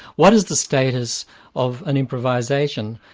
what is the status of an improvisation?